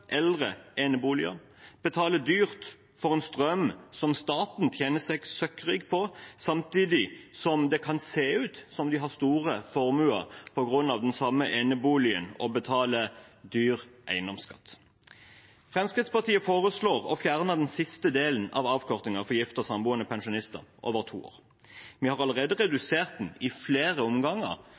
eldre eneboliger. De betaler dyrt for strøm som staten tjener seg søkkrik på, samtidig som det kan se ut som at de har store formuer på grunn av den samme eneboligen, og de betaler dyr eiendomsskatt. Fremskrittspartiet foreslår å fjerne den siste delen av avkortningen for gifte og samboende pensjonister over to år. Vi har allerede redusert den i flere omganger